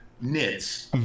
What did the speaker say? knits